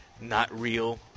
not-real